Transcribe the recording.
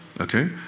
okay